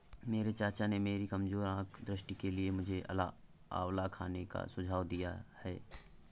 मेरे चाचा ने मेरी कमजोर आंख दृष्टि के लिए मुझे आंवला खाने का सुझाव दिया है